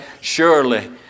surely